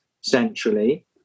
centrally